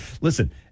listen